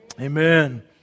Amen